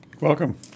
Welcome